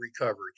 recovery